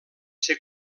ser